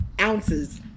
ounces